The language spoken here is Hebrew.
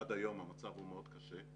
שעד היום המצב הוא מאוד קשה,